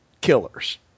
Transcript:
killers